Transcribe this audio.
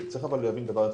צריך אבל להבין דבר אחד.